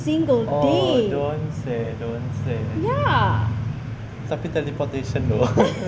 oo don't say don't say tapi teleportation though